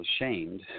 ashamed